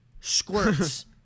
squirts